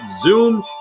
Zoom